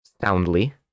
soundly